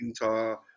Utah